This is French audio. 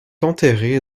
enterré